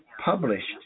published